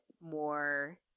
more